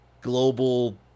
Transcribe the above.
global